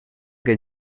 que